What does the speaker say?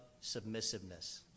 submissiveness